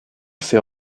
fait